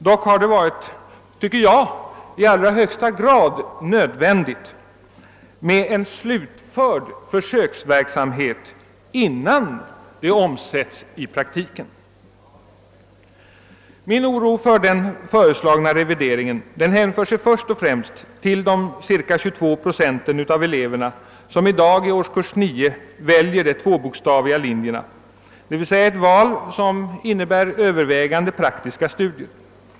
Dock har det varit, tycker jag, i allra högsta grad nödvändigt med en slutförd försöksverksamhet innan förändringarna omsätts i praktiken. Min oro för den föreslagna revideringen hänför sig först och främst till de cirka 22 procenten av eleverna som i dag i årskurs 9 väljer de tvåbokstaviga linjerna, d. v. s. ett val som innebär övervägande praktiska studier.